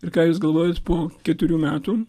ir ką jūs galvojote po keturių metų